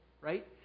right